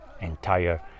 entire